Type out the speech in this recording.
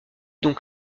donc